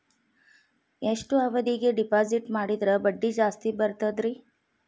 ಎಷ್ಟು ಅವಧಿಗೆ ಡಿಪಾಜಿಟ್ ಮಾಡಿದ್ರ ಬಡ್ಡಿ ಜಾಸ್ತಿ ಬರ್ತದ್ರಿ?